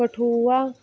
Kathua